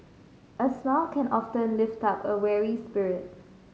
a smile can often lift up a weary spirit